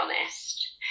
honest